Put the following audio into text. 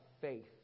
faith